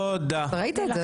אתה ראית את זה, כן?